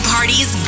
Parties